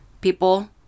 people